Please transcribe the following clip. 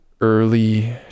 early